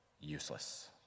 useless